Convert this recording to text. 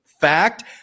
fact